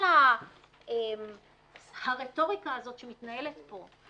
כל הרטוריקה הזאת שמתנהלת פה,